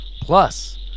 Plus